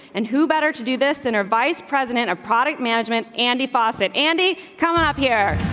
and who better to do this than our vice president of product management? andy faucet andy coming up here.